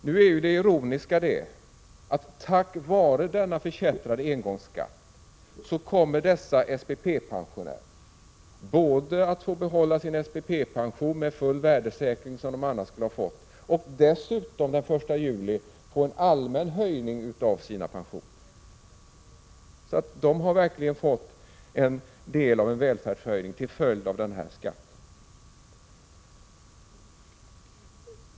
Nu är ju det ironiska det att tack vare denna förkättrade engångsskatt kommer dessa SPP-pensionärer både att få behålla sin SPP-pension med full värdesäkring och från den 1 juli få en allmän höjning av sina pensioner. Så de har verkligen fått del av en välfärdshöjning till följd av den här skatten.